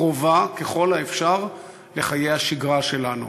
קרובה ככל האפשר לחיי השגרה שלנו,